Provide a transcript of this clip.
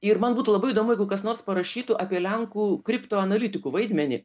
ir man būtų labai įdomu jeigu kas nors parašytų apie lenkų kripto analitikų vaidmenį